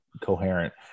coherent